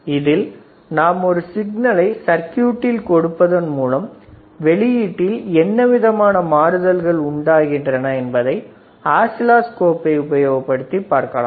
இதில் நாம் ஒரு சிக்னலை சர்க்யூட்டில் கொடுப்பதன் மூலம் வெளியீட்டில் என்னவிதமான மாறுதல்கள் உண்டாகின்றன என்பதை ஆக்சிலைஃப் கோப்பை உபயோகப்படுத்தி பார்க்கலாம்